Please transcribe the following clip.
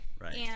Right